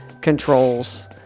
controls